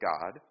God